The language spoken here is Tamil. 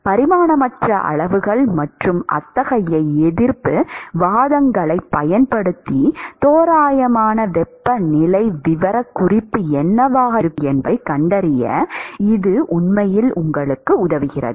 பரிமாணமற்ற அளவுகள் மற்றும் அத்தகைய எதிர்ப்பு வாதங்களைப் பயன்படுத்தி தோராயமான வெப்பநிலை விவரக்குறிப்பு என்னவாக இருக்கும் என்பதைக் கண்டறிய இது உண்மையில் உதவுகிறது